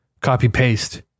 copy-paste